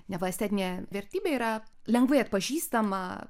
neva estetinė vertybė yra lengvai atpažįstama